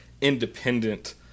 independent